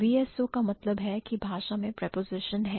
VSO का मतलब है की भाषा में preposition है